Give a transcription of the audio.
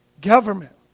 government